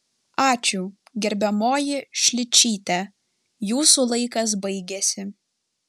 ačiū gerbiamoji šličyte jūsų laikas baigėsi